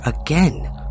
again